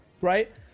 right